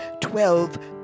twelve